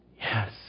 Yes